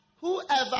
whoever